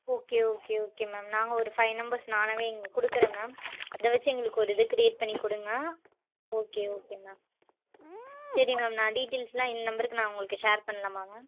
okay okay okay ma'am நாங்கள் ஒரு five numbers நானாகவே இங்கே கொடுக்கறேன் மேம் அதை வெச்சி எங்களுக்கு ஒரு இது க்ரியேட் பண்ணி கொடுங்க ஓகே ஓகே மேம் சரி மேம் நான் டீட்டெயில்ஸுலாம் இந்த நம்பருக்கு நான் உங்களுக்கு ஷேர் பண்ணலாமா மேம்